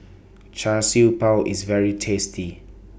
Char Siew Bao IS very tasty